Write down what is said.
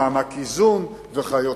מענק איזון וכיוצא,